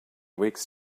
weeks